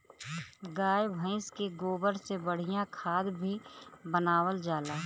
गाय भइस के गोबर से बढ़िया खाद भी बनावल जाला